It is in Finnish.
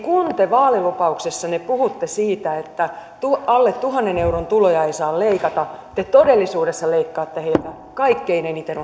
te vaalilupauksissanne puhutte siitä että alle tuhannen euron tuloja ei saa leikata te todellisuudessa leikkaatte ostovoimaa kaikkein eniten